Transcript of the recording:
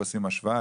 עושים השוואה,